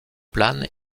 plane